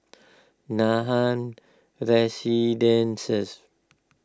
Nathan Residences